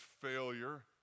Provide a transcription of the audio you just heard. failure